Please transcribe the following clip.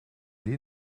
die